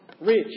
rich